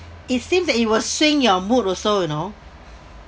it seems that it will swing your mood also you know